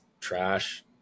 trash